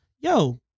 Yo